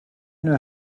know